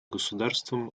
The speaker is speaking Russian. государствам